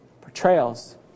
Portrayals